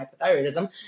hypothyroidism